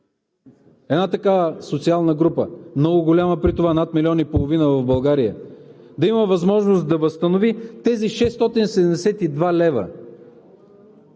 една такава социална група, много голяма при това – над 1 500 000 в България, да има възможност да възстанови тези 672 лв.